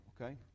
okay